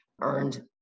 earned